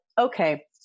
okay